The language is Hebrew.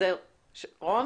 רון